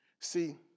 See